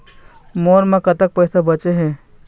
मोर म कतक पैसा बचे हे?